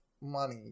money